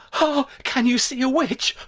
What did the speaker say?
ah can you see a witch?